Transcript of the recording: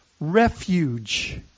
refuge